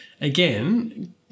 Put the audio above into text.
again